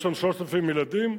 יש שם 3,000 ילדים,